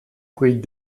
prix